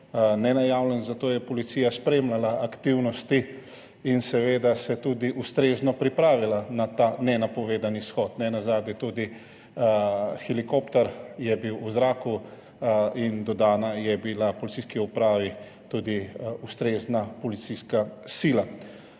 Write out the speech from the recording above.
nenajavljen, zato je policija spremljala aktivnosti in se seveda tudi ustrezno pripravila na ta nenapovedani shod, nenazadnje je bil tudi helikopter v zraku in dodana je bila policijski upravi tudi ustrezna policijska sila.